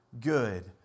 good